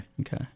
okay